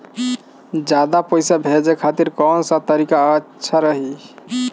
ज्यादा पईसा भेजे खातिर कौन सा तरीका अच्छा रही?